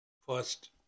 First